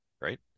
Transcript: right